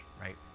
right